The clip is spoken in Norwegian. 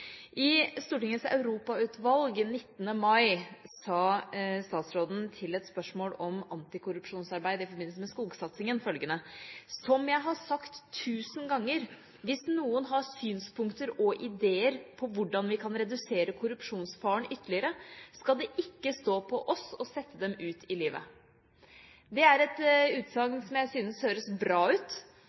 I Stortingets europautvalg 19. mai sa statsråden til et spørsmål om antikorrupsjonsarbeid i forbindelse med skogsatsingen følgende: «Og som jeg har sagt tusen ganger, hvis noen har synspunkter og ideer på hvordan vi kan redusere korrupsjonsfaren ytterligere, skal det ikke stå på oss å sette dem ut i livet.» Det er et utsagn som jeg syns høres bra ut